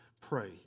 Pray